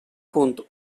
punt